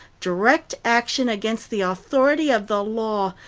direct action against the authority of the law,